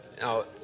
Now